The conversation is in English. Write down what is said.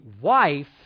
wife